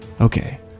Okay